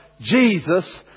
Jesus